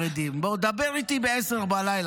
חרדים באים ב-21:00,